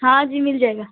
हाँ जी मिल जाएगा